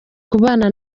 kubana